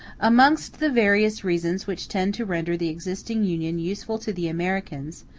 amongst the various reasons which tend to render the existing union useful to the americans,